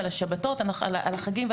כמו כן על החגים,